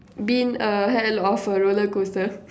been a hell of a roller coaster